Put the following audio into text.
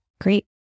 Great